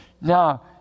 Now